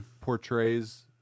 portrays